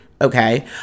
okay